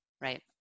right